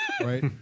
right